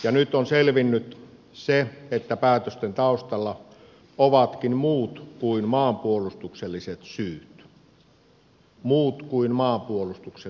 ja nyt on selvinnyt se että päätösten taustalla ovatkin muut kuin maanpuolustukselliset syyt muut kuin maanpuolustukselliset syyt